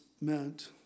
meant